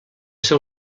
ser